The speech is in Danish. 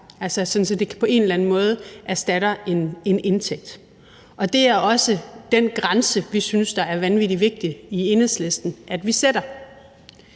at det på en eller anden måde erstatter en indtægt. Og det er også den grænse, vi i Enhedslisten synes det er vanvittig vigtigt at vi sætter.